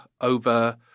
over